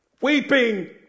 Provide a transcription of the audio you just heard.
Weeping